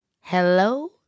Hello